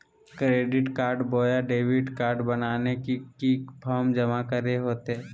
Credit card बोया debit card बनाने ले की की फॉर्म जमा करे होते?